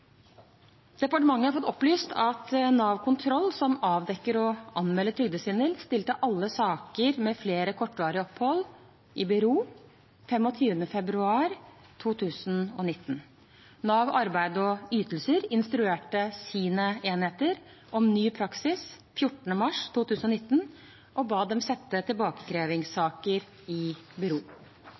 Departementet har fått opplyst at Nav kontroll, som avdekker og anmelder trygdesvindel, stilte alle saker med flere kortvarige opphold i bero 25. februar 2019. Nav arbeid og ytelser instruerte sine enheter om ny praksis 14. mars 2019 og ba dem sette tilbakekrevingssaker i